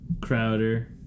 Crowder